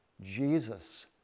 Jesus